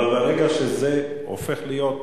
אבל ברגע שזה הופך להיות,